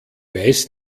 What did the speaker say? weiß